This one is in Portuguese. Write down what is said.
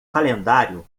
calendário